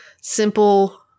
simple